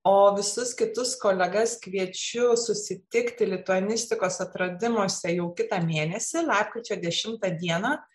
o visus kitus kolegas kviečiu susitikti lituanistikos atradimuose jau kitą mėnesį lapkričio dešimtą dieną